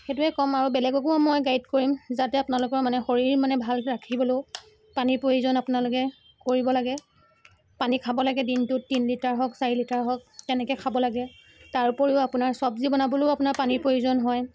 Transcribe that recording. সেইটোৱে ক'ম আৰু বেলেগকো মই গাইড কৰিম যাতে আপোনালোকৰ মানে শৰীৰ ভালকৈ মানে ৰাখিবলৈও পানীৰ প্ৰয়োজন আপোনালোকে কৰিব লাগে পানী খাব লাগে দিনটোত তিনি লিটাৰ হওক চাৰি লিটাৰ হওক তেনেকৈ খাব লাগে তাৰ উপৰিও আপোনাৰ চবজি বনাবলৈও আপোনাৰ পানীৰ প্ৰয়োজন হয়